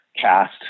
cast